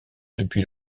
depuis